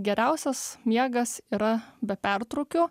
geriausias miegas yra be pertrūkių